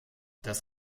das